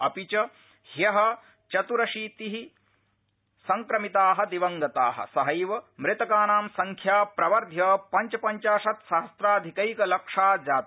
अपि च ह्य चत्रशीति संक्रमिता दिवंगता सहैव मृतकानां संख्या प्रवर्ध्य पञ्चपञ्चाशत्सहम्राधिकैकलक्षा जाता